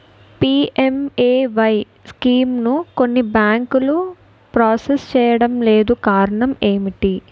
PMAY స్కీమును కొన్ని బ్యాంకులు ప్రాసెస్ చేయడం లేదు కారణం ఏమిటి?